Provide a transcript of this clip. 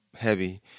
heavy